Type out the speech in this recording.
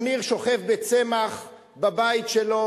אמיר שוכב "צמח" בבית שלו,